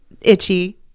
itchy